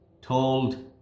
told